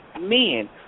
men